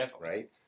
right